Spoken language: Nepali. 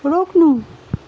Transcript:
रोक्नु